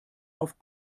auf